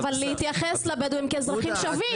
אבל להתייחס לבדואים כאל אזרחים שווים.